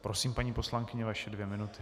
Prosím, paní poslankyně, vaše dvě minuty.